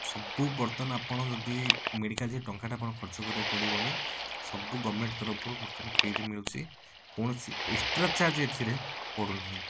ସବୁ ବର୍ତ୍ତମାନ ଆପଣ ଯଦି ମେଡ଼ିକାଲ ଯିବେ ଟଙ୍କାଟିଏ ଆପଣଙ୍କୁ ଖର୍ଚ୍ଚ କରିବାକୁ ପଡ଼ିବନି ସବୁ ଗଭର୍ଣ୍ଣମେଣ୍ଟ ତରଫରୁ ବର୍ତ୍ତମାନ ଫ୍ରିରେ ମିଳୁଛି କୌଣସି ଏକ୍ସଟ୍ରା ଚାର୍ଜ ଏଥିରେ ପଡୁନାହିଁ